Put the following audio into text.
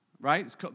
right